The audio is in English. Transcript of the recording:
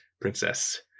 Princess